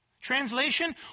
translation